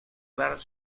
dar